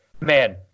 man